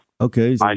Okay